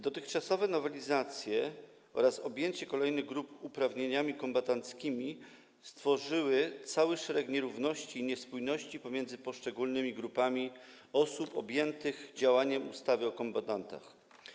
Dotychczasowe nowelizacje oraz objęcie kolejnych grup uprawnieniami kombatanckimi stworzyły cały szereg nierówności i niespójności pomiędzy poszczególnymi grupami osób objętych działaniem ustawy o kombatantach.